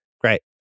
Great